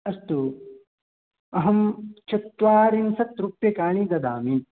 अस्तु अहं चत्वारिंशत् रूप्यकाणि ददामि